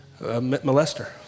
molester